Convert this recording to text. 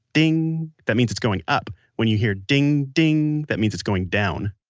ding, that means it's going up. when you hear ding, ding, that means it's going down